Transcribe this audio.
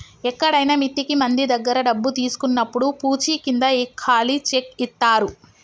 ఎక్కడైనా మిత్తికి మంది దగ్గర డబ్బు తీసుకున్నప్పుడు పూచీకింద ఈ ఖాళీ చెక్ ఇత్తారు